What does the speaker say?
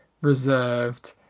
reserved